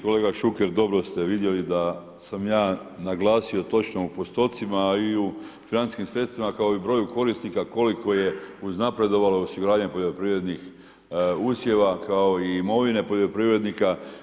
Kolega Šuker, dobro ste vidjeli da sam ja naglasio točno u postocima i u financijskim sredstvima, kao i broju korisnika koliko je uznapredovalo osiguranje poljoprivrednih usjeva kao i imovine poljoprivrednika.